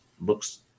Looks